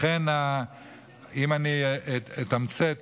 לכן, אם אני אתמצת